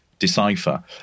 Decipher